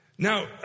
Now